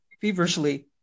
feverishly